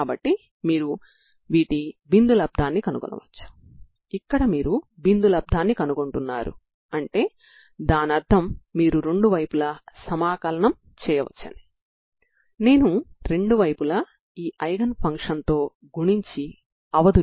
కాబట్టి మీరు స్ట్రింగ్ యొక్క రెండు చివరలా నిర్ణయించబడకుండా స్వేచ్ఛగా వదిలి వేసిన అంటే రెండు చివరలా ux0t0 గా తీసుకున్నప్పుడు సమస్యలను కూడా చేయవచ్చు